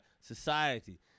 society